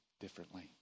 differently